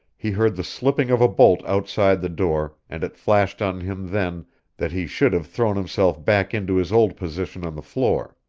he heard the slipping of a bolt outside the door and it flashed on him then that he should have thrown himself back into his old position on the floor.